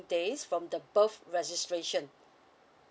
days from the birth registration